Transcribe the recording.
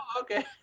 okay